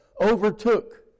overtook